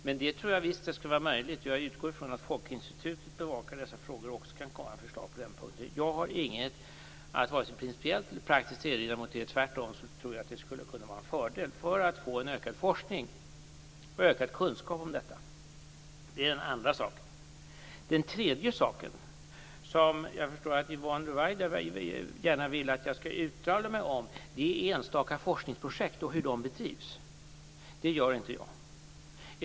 Men det tror jag visst skulle vara möjligt. Jag utgår från att Folkhälsoinstitutet bevakar dessa frågor och också kan komma med förslag på den punkten. Jag har inget att erinra mot detta vare sig principiellt eller praktiskt. Jag tror tvärtom att det skulle kunna vara en fördel för att få ökad forskning och ökad kunskap om detta. Det är den andra saken. Den tredje sak som jag förstår att Yvonne Ruwaida gärna vill att jag skall uttala mig om är enstaka forskningsprojekt och hur dessa bedrivs. Det uttalar jag mig inte om.